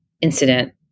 incident